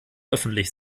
öffentlich